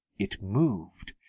it moved.